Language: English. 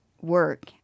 work